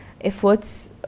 efforts